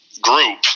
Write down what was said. group